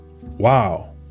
wow